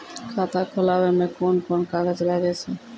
खाता खोलावै मे कोन कोन कागज लागै छै?